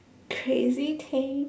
crazy thing